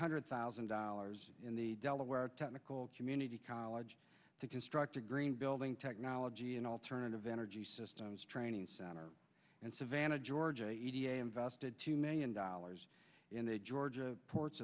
hundred thousand dollars in the delaware technical community college to construct a green building technology an alternative energy systems training center and savannah georgia invested two million dollars in the georgia ports